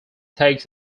takes